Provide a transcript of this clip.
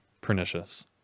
pernicious